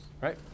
Right